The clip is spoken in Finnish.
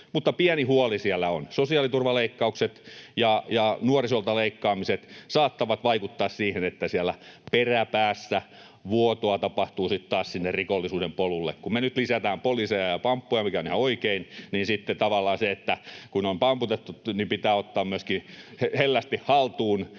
Mutta pieni huoli siellä on. Sosiaaliturvaleikkaukset ja nuorisolta leikkaamiset saattavat vaikuttaa siihen, että siellä peräpäässä vuotoa tapahtuu sitten taas sinne rikollisuuden polulle. Kun me nyt lisätään poliiseja ja pamppuja, mikä on ihan oikein, niin sitten kun on pamputettu, pitää ottaa myöskin hellästi haltuun